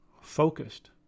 focused